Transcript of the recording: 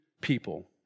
people